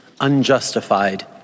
unjustified